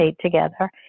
together